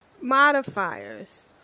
modifiers